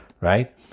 right